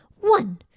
One